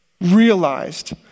realized